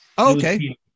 Okay